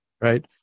Right